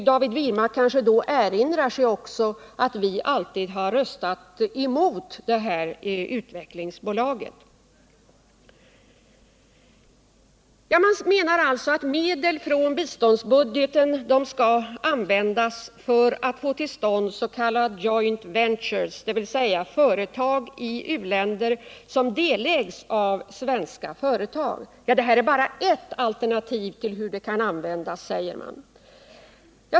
David Wirmark kanske erinrar sig att vi alltid har röstat emot utvecklingsbolaget. Man menar alltså att medel från biståndsbudgeten skall användas för att få till stånd s.k. joint ventures, dvs. företag i u-länder som delägs av svenska företag. Det här är bara ett användningsalternativ, säger man.